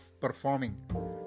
performing